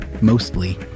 Mostly